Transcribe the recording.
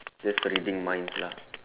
just for reading minds lah